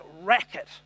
racket